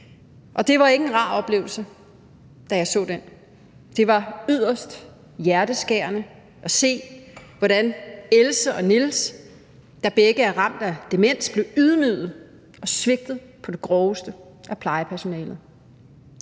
og det var ikke en rar oplevelse, da jeg så den. Det var yderst hjerteskærende at se, hvordan Else og Niels, der begge er ramt af demens, blev ydmyget og svigtet på det groveste af plejepersonalet.